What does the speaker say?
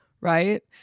right